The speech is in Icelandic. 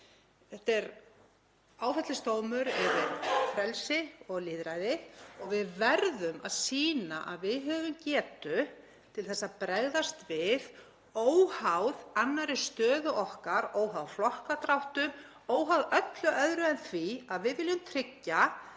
Þetta er áfellisdómur yfir frelsi og lýðræði og við verðum að sýna að við höfum getu til að bregðast við óháð annarri stöðu okkar, óháð flokkadráttum, óháð öllu öðru en því að við viljum tryggja